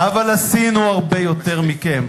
אבל עשינו הרבה יותר מכם.